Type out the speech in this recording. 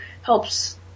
helps